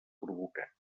provocat